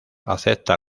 acepta